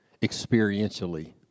experientially